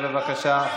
אתה יודע מה היה סופם,